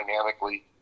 dynamically